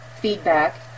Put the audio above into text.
feedback